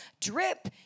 Drip